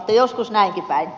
joskus näinkin päin